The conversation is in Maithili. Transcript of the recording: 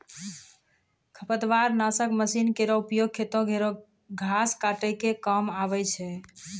खरपतवार नासक मसीन केरो उपयोग खेतो केरो घास काटै क काम आवै छै